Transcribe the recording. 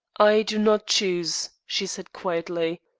i do not choose, she said quietly,